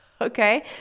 Okay